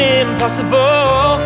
impossible